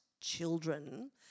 children